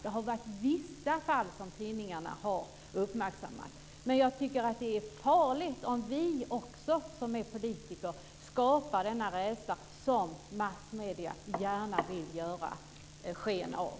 Det har hänt i vissa fall som tidningarna har uppmärksammat. Men jag tycker att det är farligt om vi som är politiker också skapar den rädsla som massmedierna gärna vill ge sken av.